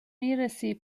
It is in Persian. میرسی